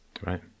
right